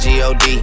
G-O-D